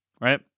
right